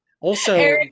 Also-